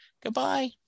Goodbye